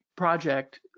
project